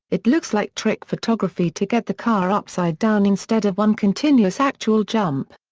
it looks like trick photography to get the car upside-down instead of one continuous actual jump.